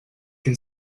can